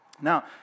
Now